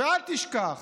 ואל תשכח